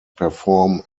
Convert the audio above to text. perform